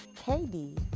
KD